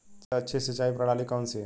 सबसे अच्छी सिंचाई प्रणाली कौन सी है?